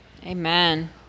Amen